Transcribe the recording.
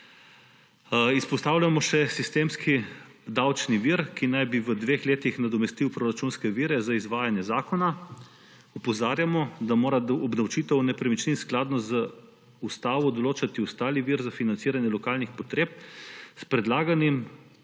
Izpostavljamo še sistemski davčni vir, ki naj bi v dveh letih nadomestil proračunske vire za izvajanje zakona. Opozarjamo, da mora obdavčitev nepremičnin skladno z ustavo določati ostali vir za financiranje lokalnih potreb. S predlaganim